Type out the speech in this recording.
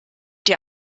die